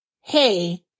hey